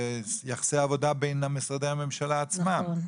ביחסי עבודה במשרדי הממשלה עצמה,